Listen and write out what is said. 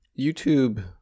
youtube